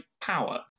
power